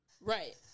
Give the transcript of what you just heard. Right